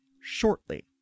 shortly